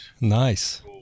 nice